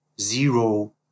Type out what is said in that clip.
zero